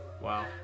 Wow